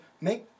make